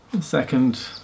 second